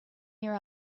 near